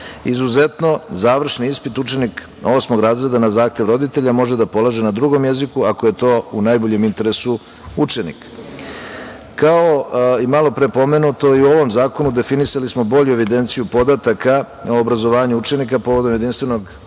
Izuzetno završni ispit učenika osmog razreda na zahtev roditelja može da polaže na drugom jeziku ako je to u najboljem interesu učenika. Kao i malo pre pomenuto i u ovom zakonu definisali smo bolju evidenciju podataka o obrazovanju učenika povodom Jedinstvenog obrazovnog